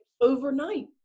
overnight